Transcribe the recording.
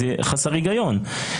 זה חסר היגיון.